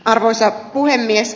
arvoisa puhemies